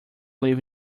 live